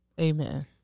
Amen